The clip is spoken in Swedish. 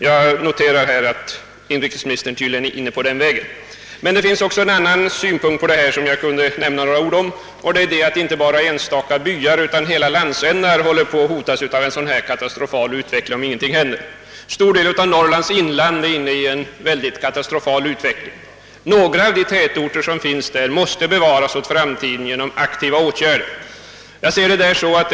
Jag noterar att inrikesministern tydligen är inne på den vägen. Det finns också en annan synpunkt på detta problem, som jag kan nämna några ord om. Inte bara enstaka byar utan hela landsändar hotas av en katastrofal utveckling, om ingenting göres; det gäller t.ex. en stor del av Norrlands inland. Några av de tätorter som finns där måste bevaras åt framtiden genom aktiva åtgärder.